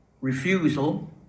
refusal